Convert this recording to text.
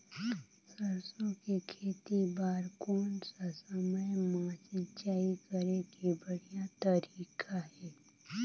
सरसो के खेती बार कोन सा समय मां सिंचाई करे के बढ़िया तारीक हे?